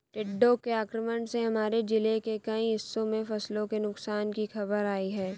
टिड्डों के आक्रमण से हमारे जिले के कई हिस्सों में फसलों के नुकसान की खबर आई है